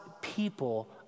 people